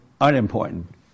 unimportant